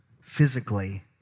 physically